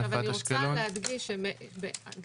כן, אני רוצה להדגיש שגם